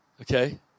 Okay